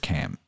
Cam